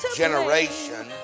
generation